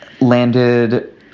landed